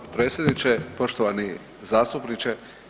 Potpredsjedniče, poštovani zastupniče.